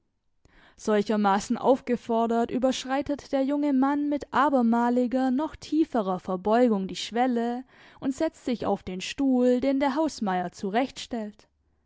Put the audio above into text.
solchermaßen aufgefordert überschreitet der junge mann mit abermaliger noch tieferer verbeugung die schwelle und setzt sich auf den stuhl den der hausmeier